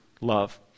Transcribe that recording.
love